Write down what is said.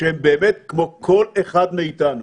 שבהם באמת כמו כל אחד מאיתנו.